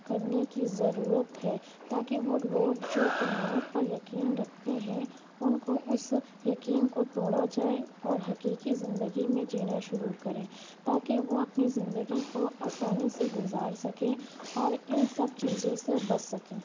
کرنے کی ضرورت ہے تاکہ وہ لوگ جو توہمات پر یقین رکھتے ہیں ان کو اس یقین کو توڑا جائے اور حقیقی زندگی میں جینا شروع کریں تاکہ وہ اپنی زندگی کو آسانی سے گزار سکیں اور ان سب چیزوں سے بچ سکیں